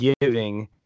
giving